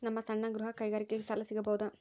ನಮ್ಮ ಸಣ್ಣ ಗೃಹ ಕೈಗಾರಿಕೆಗೆ ಸಾಲ ಸಿಗಬಹುದಾ?